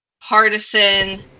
partisan